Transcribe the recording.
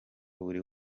buri